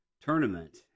tournament